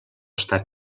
està